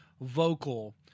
vocal